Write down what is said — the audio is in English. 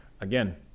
again